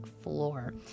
floor